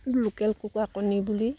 local কুকুৰা কণী বুলি